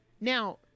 Now